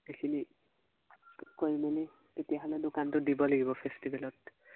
এইখিনি কৰি মেলি তেতিয়াহ'লে দোকানটো দিব লাগিব ফেষ্টিভেলত